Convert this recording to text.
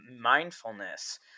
mindfulness